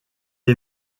est